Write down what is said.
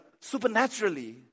supernaturally